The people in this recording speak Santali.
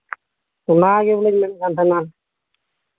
ᱚᱱᱟᱜᱮ ᱵᱚᱞᱮᱧ ᱢᱮᱱᱮᱫ ᱠᱟᱱ ᱛᱟᱦᱮᱱᱟ